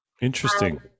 Interesting